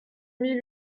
mille